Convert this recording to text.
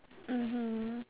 mmhmm